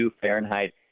Fahrenheit